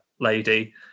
lady